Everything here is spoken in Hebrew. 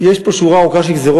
יש פה שורה ארוכה של גזירות,